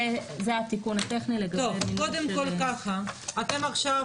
זה התיקון לגבי מה ש --- קודם כל כך: אתם עכשיו